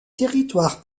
territoire